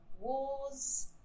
wars